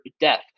death